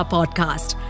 Podcast